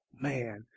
Man